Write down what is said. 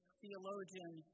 theologian